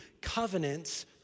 Covenants